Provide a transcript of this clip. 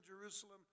Jerusalem